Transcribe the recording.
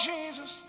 Jesus